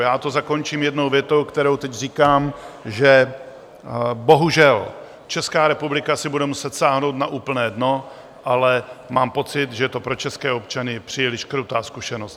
Já to zakončím jednou větou, kterou teď říkám, že bohužel Česká republika si bude muset sáhnout na úplné dno, ale mám pocit, že to pro české občany je příliš krutá zkušenost.